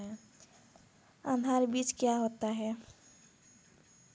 आधार बीज क्या होता है?